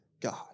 God